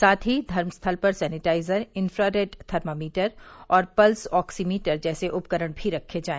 साथ ही धर्म स्थल पर सैनिटाइजर इंफ्रारेड थर्ममीटर और पल्स ऑक्सीमीटर जैसे उपकरण भी रखे जाए